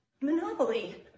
monopoly